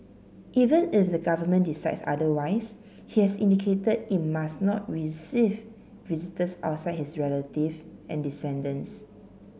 even if the government decides otherwise he has indicated it must not receive visitors outside his relative and descendants